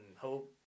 hope